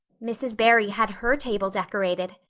mrs. barry had her table decorated,